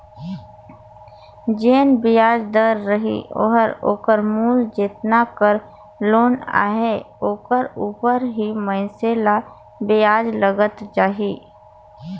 जेन बियाज दर रही ओहर ओकर मूल जेतना कर लोन अहे ओकर उपर ही मइनसे ल बियाज लगत जाही